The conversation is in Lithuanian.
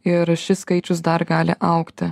ir šis skaičius dar gali augti